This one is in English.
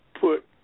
put